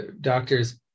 Doctors